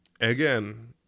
again